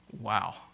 wow